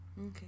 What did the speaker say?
Okay